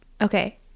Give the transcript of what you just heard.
Okay